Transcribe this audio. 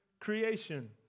creation